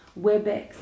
WebEx